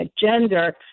gender